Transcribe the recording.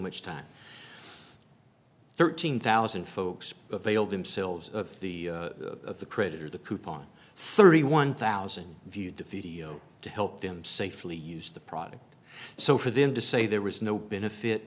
much time thirteen thousand folks availed themselves of the of the credit or the coupon thirty one thousand viewed the video to help them safely use the product so for them to say there was no benefit